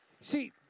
See